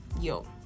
yo